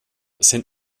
sind